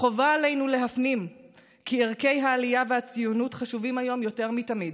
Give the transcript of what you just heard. חובה עלינו להפנים כי ערכי העלייה והציונות חשובים היום יותר מתמיד,